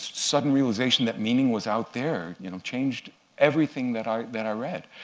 sudden realization that meaning was out there you know changed everything that i that i read.